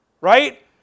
Right